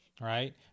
Right